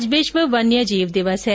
आज विश्व वन्य जीव दिवस है